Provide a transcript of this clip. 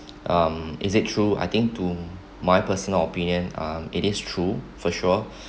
um is it true I think to my personal opinion um it is true for sure